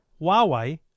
Huawei